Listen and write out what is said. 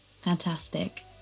fantastic